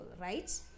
right